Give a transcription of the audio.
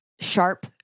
sharp